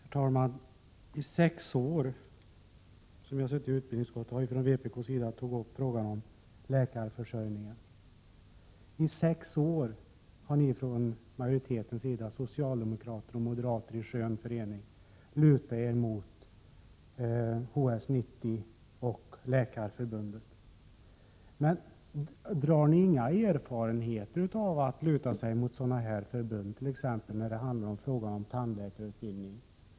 Herr talman! I sex år som jag har suttit i utbildningsutskottet har vi från vpk tagit upp frågan om läkarförsörjningen. I sex år har ni från majoriteten — socialdemokrater och moderater i skön förening — lutat er mot HS 90 och Läkarförbundet. Men drar ni inga slutsatser av kontakter med förbund och utredningar, t.ex. i fråga om tandläkarutbildningen?